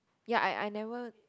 ya I I never